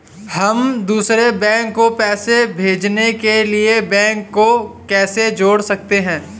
हम दूसरे बैंक को पैसे भेजने के लिए बैंक को कैसे जोड़ सकते हैं?